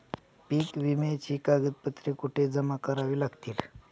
पीक विम्याची कागदपत्रे कुठे जमा करावी लागतील?